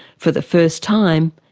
for the first time,